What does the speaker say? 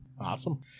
Awesome